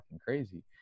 crazy